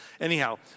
Anyhow